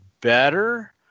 better